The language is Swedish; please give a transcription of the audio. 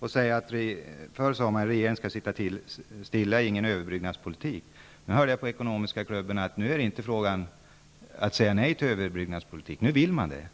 Förr sade de att regeringen skulle sitta stilla och inte föra någon överbryggningspolitik. Nu hörde jag på Ekonomiska klubben att det inte är fråga om att säga nej till överbryggningspolitiken.